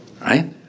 right